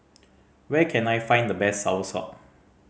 where can I find the best soursop